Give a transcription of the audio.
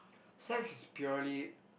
sex is purely